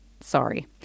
sorry